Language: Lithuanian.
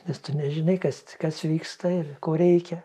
nes tu nežinai kas kas vyksta ir ko reikia